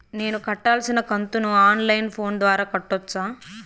నేను కట్టాల్సిన కంతును ఆన్ లైను ఫోను ద్వారా కట్టొచ్చా?